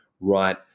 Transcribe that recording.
right